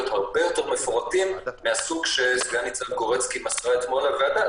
הרבה יותר מפורטים מהסוג שסגן-ניצב גורצקי מסרה אתמול לוועדה.